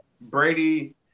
Brady